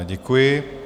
Děkuji.